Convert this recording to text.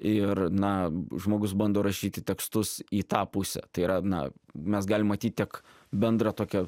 ir na žmogus bando rašyti tekstus į tą pusę tai yra na mes galim matyt tiek bendrą tokią